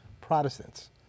Protestants